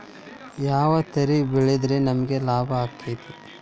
ಯಾವ ತರ ಬೆಳಿ ಬೆಳೆದ್ರ ನಮ್ಗ ಲಾಭ ಆಕ್ಕೆತಿ?